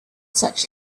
such